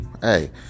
hey